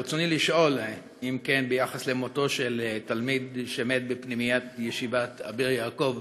ברצוני לשאול ביחס למותו של תלמיד שמת בפנימיית ישיבת "אביר יעקב"